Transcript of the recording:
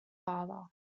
father